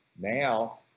now